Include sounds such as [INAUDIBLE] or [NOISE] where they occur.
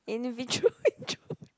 individual intro [LAUGHS]